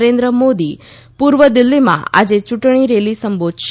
નરેન્દ્ર મોદી પૂર્વ દિલ્ફીમાં આજે યૂંટણી રેલીને સંબોધશે